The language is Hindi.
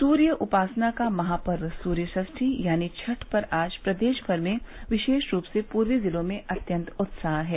सूर्य उपासना का महापर्व सूर्य षष्ठी यानी छठ पर आज प्रदेश भर में विशेष रूप से पूर्वी जिलों में अत्यंत उत्साह है